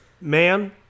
Man